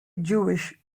jewish